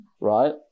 right